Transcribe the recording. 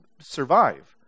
survive